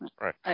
right